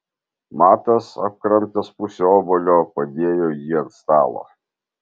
matas apkramtęs pusę obuolio padėjo jį ant stalo